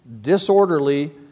disorderly